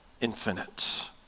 infinite